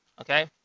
Okay